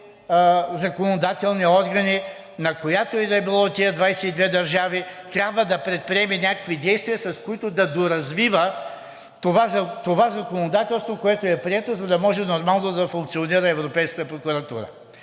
законодателни органи на която и да е било от тези 22 държави трябва да предприемат някакви действия, с които да доразвиват това законодателство, което е прието, за да може нормално да функционира Европейската прокуратура.